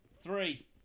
Three